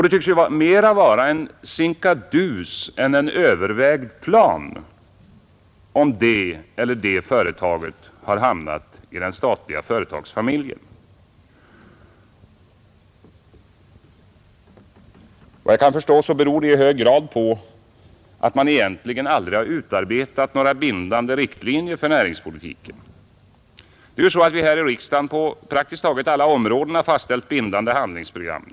Det tycks mera vara en sinkadus än en övervägd plan om det eller det företaget har hamnat i den statliga Nr 53 företagsfamiljen. Efter vad jag kan förstå beror detta mest på att man egentligen aldrig Tisdagen den har utarbetat några bindande riktlinjer för näringspolitiken. Det är ju så 30 mars 1971 att vi här i riksdagen på praktiskt taget alla områden har fastställt Ang. erfarenheterna bindande handlingsprogram.